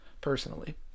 Personally